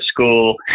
school